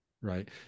right